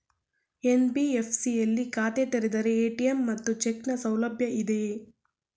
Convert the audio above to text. NBFC ಯಲ್ಲಿ ಖಾತೆ ತೆರೆದರೆ ಎ.ಟಿ.ಎಂ ಮತ್ತು ಚೆಕ್ ನ ಸೌಲಭ್ಯ ಇದೆಯಾ?